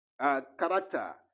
character